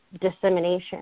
dissemination